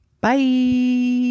bye